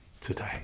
today